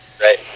Right